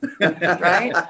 right